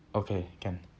okay can